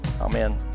Amen